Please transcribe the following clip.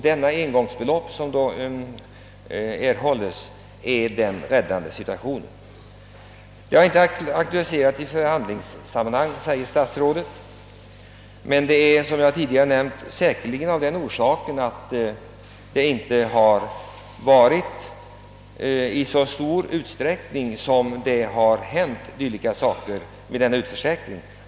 Denna fråga har inte aktualiserats i förhandlingssammanhang, säger statsrådet. Men som jag tidigare nämnt beror det säkerligen på att sådan utförsäkring, som jag här talat om, inte har ägt rum i så stor utsträckning.